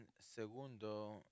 Segundo